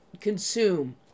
consume